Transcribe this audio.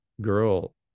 girl